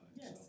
Yes